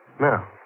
Now